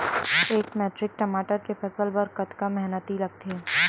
एक मैट्रिक टमाटर के फसल बर कतका मेहनती लगथे?